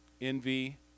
envy